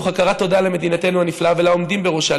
מתוך הכרת תודה למדינתנו הנפלאה ולעומדים בראשה,